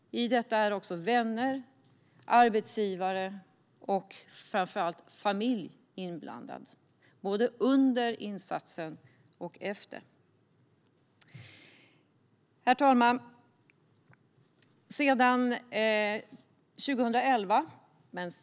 I detta är också vänner, arbetsgivare och framför allt familj inblandade både under och efter insatsen. Herr ålderspresident!